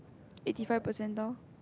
eighty five percentile